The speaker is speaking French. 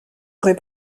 aurais